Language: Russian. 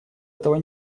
этого